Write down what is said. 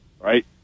right